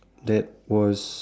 that was